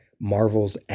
Marvel's